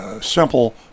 simple